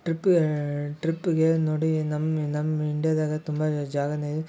ಟ್ರಿಪ್ಗೇ ಟ್ರಿಪ್ಪಿಗೆ ನೋಡಿ ನಮ್ಮ ನಮ್ಮ ಇಂಡಿಯಾದಾಗೆ ತುಂಬ ಜಾಗನೇ ಇ